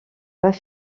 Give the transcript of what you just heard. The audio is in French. pas